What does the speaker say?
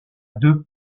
deux